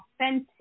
authentic